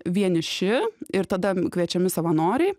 vieniši ir tada kviečiami savanoriai